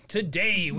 Today